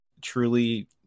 truly